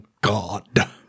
God